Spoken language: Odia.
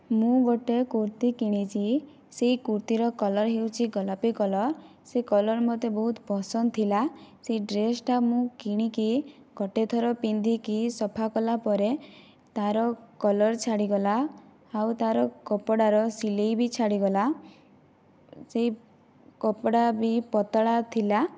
ମୁଁ ଗୋଟିଏ କୁର୍ତ୍ତି କିଣିଛି ସେହି କୁର୍ତ୍ତିର କଲର୍ ହେଉଛି ଗୋଲାପି କଲର୍ ସେ କଲର୍ ମୋତେ ବହୁତ ପସନ୍ଦ ଥିଲା ସେହି ଡ୍ରେସଟା ମୁଁ କିଣିକି ଗୋଟିଏ ଥର ପିନ୍ଧିକି ସଫା କଲାପରେ ତାର କଲର୍ ଛାଡ଼ିଗଲା ଆଉ ତାର କପଡ଼ାର ସିଲେଇ ବି ଛାଡ଼ିଗଲା ସେହି କପଡ଼ା ବି ପତଳା ଥିଲା